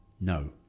no